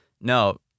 No